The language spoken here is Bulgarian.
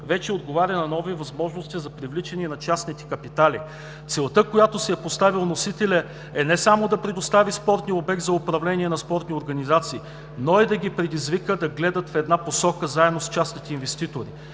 вече отговаря на нови възможности за привличане на частните капитали. Целта, която си е поставил вносителят, е не само да предостави спортния обект за управление на спортни организации, но и да ги предизвика да гледат в една посока, заедно с частните инвеститори.